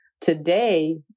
today